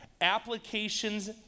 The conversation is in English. applications